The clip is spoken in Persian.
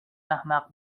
احمق